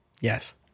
Yes